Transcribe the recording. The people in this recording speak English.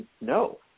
No